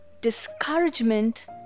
discouragement